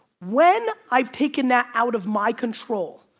when i've taken that out of my control,